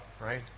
right